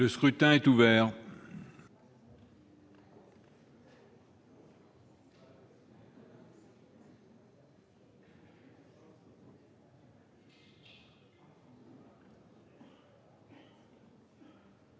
Le scrutin est ouvert.